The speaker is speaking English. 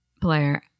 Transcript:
Blair